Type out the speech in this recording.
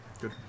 Good